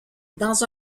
dans